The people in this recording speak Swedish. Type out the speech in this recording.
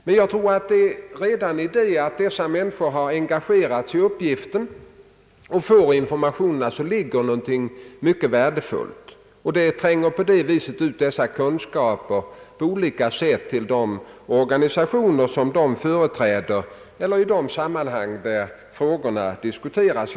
Men jag tror att redan däri, att dessa människor engageras för uppgiften och får informationer, ligger någonting mycket värdefullt. Kunskaperna tränger sedan på olika sätt ut till de organisationer som vederbörande företräder —frågorna tas upp till diskussion i olika sammanhang.